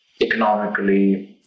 economically